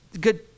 good